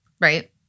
Right